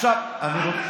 אז החוק שלך הוא טוב?